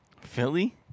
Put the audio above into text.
Philly